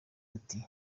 ati